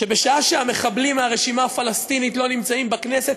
שבשעה שהמחבלים מהרשימה הפלסטינית לא נמצאים בכנסת,